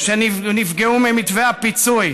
שנפגעו ממתווה הפיצוי,